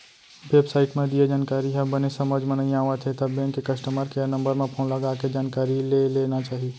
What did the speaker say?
web site म दिये जानकारी ह बने समझ म नइ आवत हे त बेंक के कस्टमर केयर नंबर म फोन लगाके जानकारी ले लेना चाही